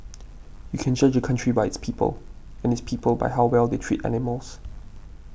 you can judge a country by its people and its people by how well they treat animals